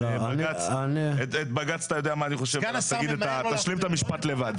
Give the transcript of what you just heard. בג"צ, אתה יודע מה אני חושב, תשלים את המשפט לבד.